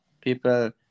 people